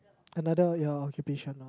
another ya occupation lah